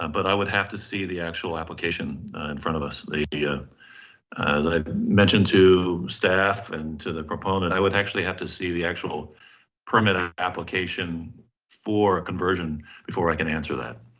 and but i would have to see the actual application in front of us. as i've mentioned to staff and to the proponent, i would actually have to see the actual permit ah application for conversion before i can answer that.